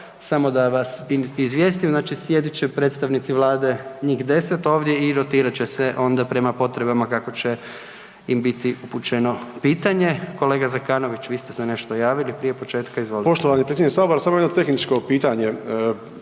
Samo da vas izvijestim, znači sjedit će predstavnici Vlade njih 10 ovdje i rotirat će se onda prema potrebama kako će im biti upućeno pitanje. Kolega Zekanović, vi ste se nešto javili prije početka, izvolite. **Zekanović, Hrvoje (HRAST)** Poštovani predsjedniče sabora, samo jedno tehničko pitanje.